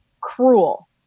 cruel